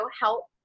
help